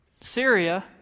Syria